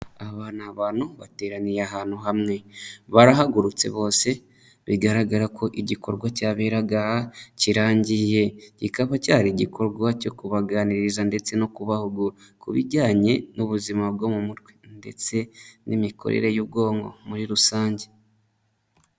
Aba ni abantu bateraniye ahantu hamwe, barahagurutse bose, bigaragara ko igikorwa cyaberaga aha kirangiye, kikaba cyari igikorwa cyo kubaganiriza ndetse no kubahugura ku bijyanye n'ubuzima bwo mu mutwe, ndetse n'imikorere y'ubwonko muri rusange.